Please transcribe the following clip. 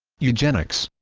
eugenics